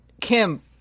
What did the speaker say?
Kim